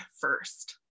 first